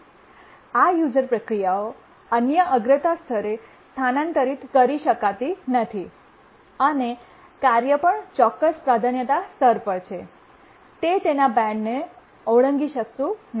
આ યુઝર પ્રક્રિયાઓ અન્ય અગ્રતા સ્તરે સ્થાનાંતરિત કરી શકતી નથી અને કાર્ય પણ ચોક્કસ પ્રાધાન્યતા સ્તર પર છે તે તેના બેન્ડને ઓળંગી શકતું નથી